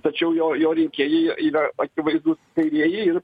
tačiau jo jo rinkėjai yra akivaizdūs kairieji ir